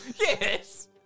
Yes